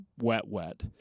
wet-wet